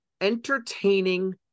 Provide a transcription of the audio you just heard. entertaining